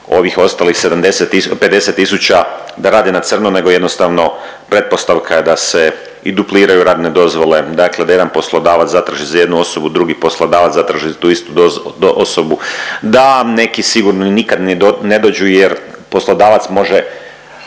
tisuća, 50 tisuća da rade na crno nego jednostavno pretpostavka je da se i dupliraju radne dozvole, dakle da jedan poslodavac zatraži za jednu osobu, drugi poslodavac zatraži za tu istu osobu da neki sigurno nikad ne dođu jer poslodavac može